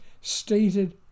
stated